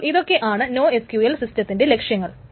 അപ്പോൾ ഇതൊക്കെ ആണ് നോഎസ്ക്യുഎൽ സിസ്റ്റത്തിൻറെ ലക്ഷ്യങ്ങൾ